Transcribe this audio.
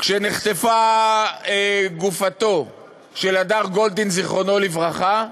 כשנחטפה גופתו של הדר גולדין, זיכרונו לברכה,